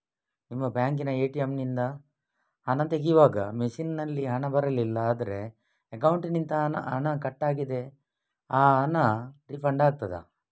ನಿಮ್ಮ ಬ್ಯಾಂಕಿನ ಎ.ಟಿ.ಎಂ ನಿಂದ ಹಣ ತೆಗೆಯುವಾಗ ಮಷೀನ್ ನಲ್ಲಿ ಹಣ ಬರಲಿಲ್ಲ ಆದರೆ ಅಕೌಂಟಿನಿಂದ ಹಣ ಕಟ್ ಆಗಿದೆ ಆ ಹಣ ರೀಫಂಡ್ ಆಗುತ್ತದಾ?